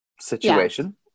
situation